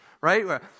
right